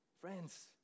friends